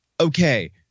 okay